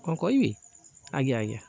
କ'ଣ କହିବି ଆଜ୍ଞା ଆଜ୍ଞା